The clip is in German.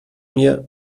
mir